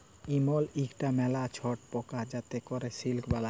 ইমল ইকটা ম্যালা ছট পকা যাতে ক্যরে সিল্ক বালাই